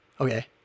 Okay